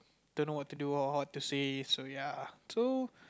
don't know what to do or what to say so